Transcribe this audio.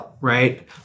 right